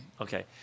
okay